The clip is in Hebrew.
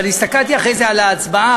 הסתכלתי אחרי זה על ההצבעה,